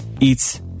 Eats